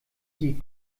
die